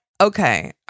okay